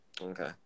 Okay